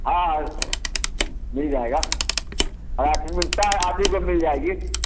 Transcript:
हाँ मिल जाएगा और अभी मिलता है आप ही को मिल जाएगी